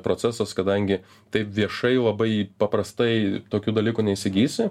procesas kadangi taip viešai labai paprastai tokių dalykų neįsigysi